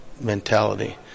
mentality